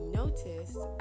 noticed